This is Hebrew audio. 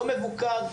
לא מבוקר,